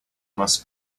must